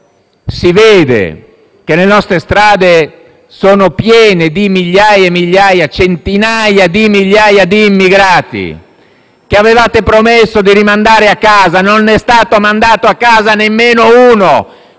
notare che le nostre strade sono piene di centinaia di migliaia di immigrati che avevate promesso di rimandare a casa, ma non ne è stato mandato a casa nemmeno uno;